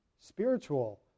spiritual